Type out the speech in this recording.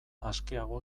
askeago